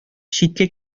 читкә